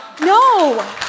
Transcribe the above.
no